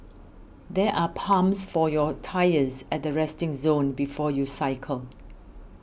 there are pumps for your tyres at the resting zone before you cycle